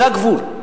זה הגבול.